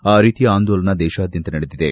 ಆ ರೀತಿಯ ಆಂದೋಲನ ದೇತಾದ್ಯಂತ ನಡೆದಿದೆ